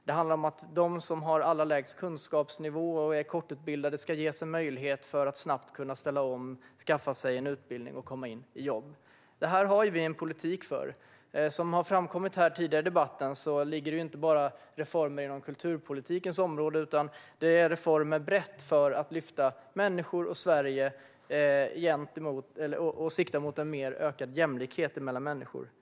Det handlar om att de som har den allra lägsta kunskapsnivån och är kortutbildade ska ges en möjlighet att snabbt kunna ställa om, skaffa sig en utbildning och komma i jobb. Det här har vi en politik för. Som har framkommit tidigare i debatten har vi inte bara reformer inom kulturpolitikens område, utan det är breda reformer för att lyfta människor och Sverige och som siktar mot en ökad jämlikhet mellan människor.